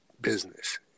business